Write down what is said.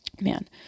man